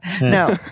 No